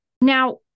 Now